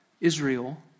Israel